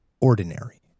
ordinary